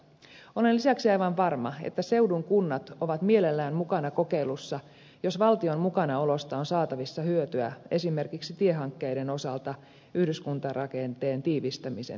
olen lisäksi aivan varma että seudun kunnat ovat mielellään mukana kokeilussa jos valtion mukanaolosta on saatavissa hyötyä esimerkiksi tiehankkeiden osalta yhdyskuntarakenteen tiivistämisen edistämisessä